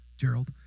Gerald